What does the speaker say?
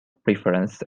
preference